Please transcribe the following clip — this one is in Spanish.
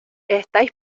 estáis